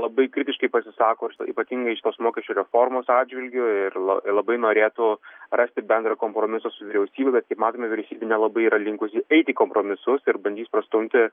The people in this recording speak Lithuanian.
labai kritiškai pasisako šita ypatingai šitos mokesčių reformos atžvilgiu ir labai norėtų rasti bendrą kompromisą su vyriausybe bet kaip matome vyriausybė nelabai yra linkusi eiti į kompromisus ir bandys prastumti